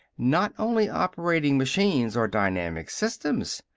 not only operating machines are dynamic systems.